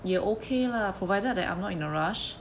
也 okay lah provided that I'm not in a rush